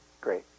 Great